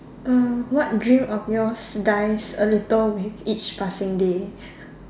uh what dream of yours dies a little with each passing day